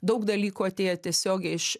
daug dalykų atėję tiesiogiai iš